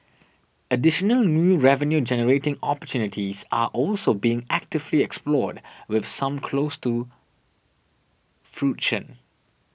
additional new revenue generating opportunities are also being actively explored with some close to fruition